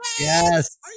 Yes